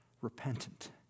repentant